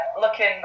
looking